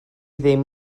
ddim